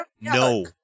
No